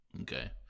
Okay